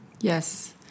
Yes